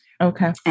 Okay